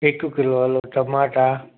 हिक किलो हलो टमाटा